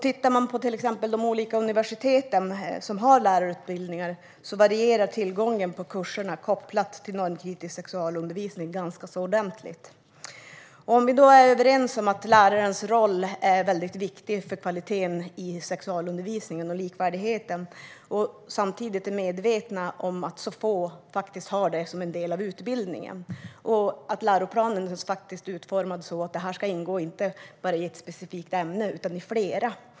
Tittar man till exempel på de olika universitet som har lärarutbildningar ser man att tillgången på kurser kopplade till normkritisk sexualundervisning varierar ganska ordentligt. Vi kanske är överens om att lärarens roll är viktig för kvaliteten i sexu-alundervisningen och likvärdigheten, och vi är samtidigt medvetna om att väldigt få har detta som en del av utbildningen. Läroplanen är utformad så att detta ska ingå inte bara i ett specifikt ämne utan i flera.